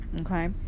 Okay